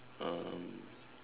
um